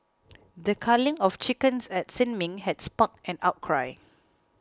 the culling of chickens at Sin Ming had sparked an outcry